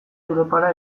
europara